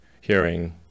Hearing